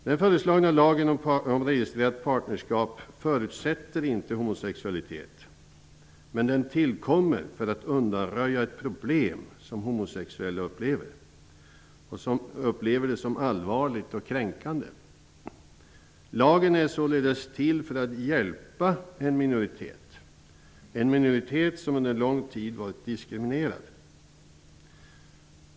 Den föreslagna lagen om registrerat partnerskap förutsätter inte homosexualitet, men den tillkommer för att undanröja ett problem som homosexuella upplever som allvarligt och kränkande. Lagen är således till för att hjälpa en minoritet, en minoritet som under lång tid varit diskriminerad.